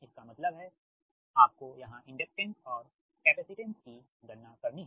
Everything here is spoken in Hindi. इसका मतलब है आपको यहां इंडक्टेनस और कैपेसिटेंस कि गणना करनी है